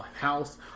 House